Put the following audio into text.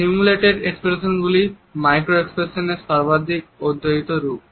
simulated expression গুলি microexpression এর সর্বাধিক অধ্যয়িত রূপ